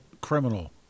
criminal